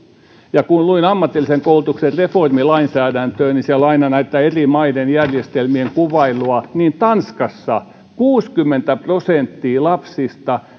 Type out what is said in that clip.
ja kun luin ammatillisen koulutuksen reformilainsäädäntöä ja siellä on aina näitä eri maiden järjestelmien kuvailuja niin tanskassa kuusikymmentä prosenttia lapsista